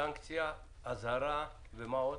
סנקציה, אזהרה, ומה עוד?